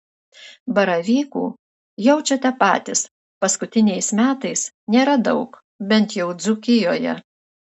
baravykų jaučiate patys paskutiniais metais nėra daug bent jau dzūkijoje